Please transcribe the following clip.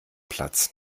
platz